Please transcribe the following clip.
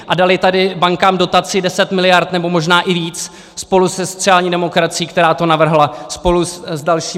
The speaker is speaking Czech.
A dali tady bankám dotaci 10 miliard, nebo možná i víc, spolu se sociální demokracií, která to navrhla, spolu s dalšími.